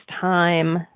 time